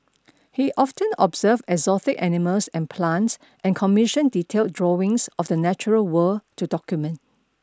he often observed exotic animals and plants and commissioned detailed drawings of the natural world to document